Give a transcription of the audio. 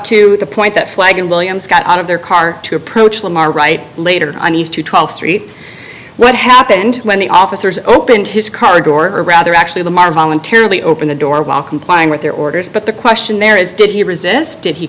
to the point that flag and williams got out of their car to approach lamar right later needs to th street what happened when the officers opened his car door or rather actually them are voluntary only open the door while complying with their orders but the question there is did he resist did he